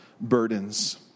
burdens